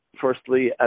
firstly